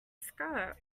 skirt